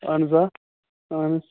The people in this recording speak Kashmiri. اہن حظ آ اہن حظ